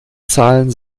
zahlen